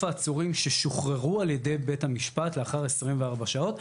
העצורים ששוחררו על ידי בית המשפט לאחר 24 שעות,